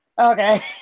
Okay